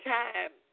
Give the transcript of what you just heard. time